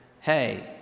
hey